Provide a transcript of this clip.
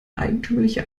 eigentümliche